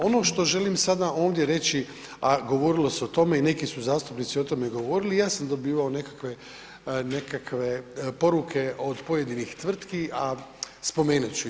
Ono što želim sada ovdje reći, a govorilo se o tome i neki su zastupnici o tome govorili i ja sam dobivao nekakve, nekakve poruke od pojedinih tvrtki, a spomenut ću ih.